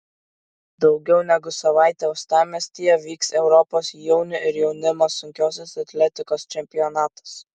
daugiau negu savaitę uostamiestyje vyks europos jaunių ir jaunimo sunkiosios atletikos čempionatas